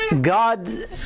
God